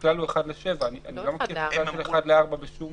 הכלל הוא 7:1. אני לא מכיר 4:1 בשום תקנות.